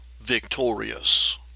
victorious